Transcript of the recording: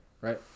right